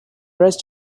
rest